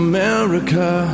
America